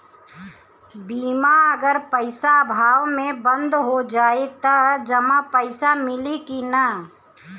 बीमा अगर पइसा अभाव में बंद हो जाई त जमा पइसा मिली कि न?